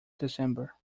december